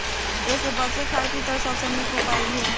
एसे बचे खातिर त सबसे निक उपाय इहे बा